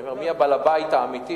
אני אומר מי בעל-הבית האמיתי.